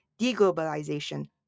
deglobalization